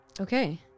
Okay